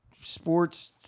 sports